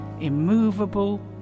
immovable